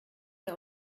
dir